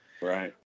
Right